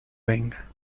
venga